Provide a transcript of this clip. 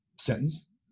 sentence